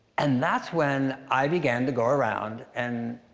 and that's when i began to go around and,